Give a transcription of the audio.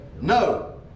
No